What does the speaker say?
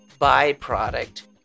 byproduct